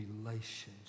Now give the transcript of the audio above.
relationship